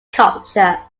culture